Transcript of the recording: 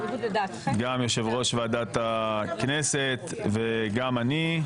גם יושב ראש ועדת הכנסת וגם אני,